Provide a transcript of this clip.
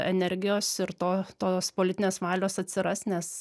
energijos ir to tos politinės valios atsiras nes